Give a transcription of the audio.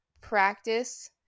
practice